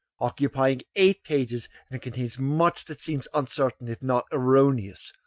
occupying eight pages, and it contains much that seems uncertain, if not erroneous.